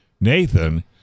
Nathan